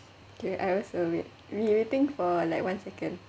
okay I also wait you think for like one second